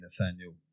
Nathaniel